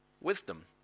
wisdom